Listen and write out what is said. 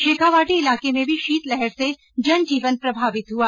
शेखावाटी इलाके में भी शीतलहर से जनजीवन प्रभावित हुआ